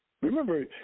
Remember